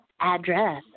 address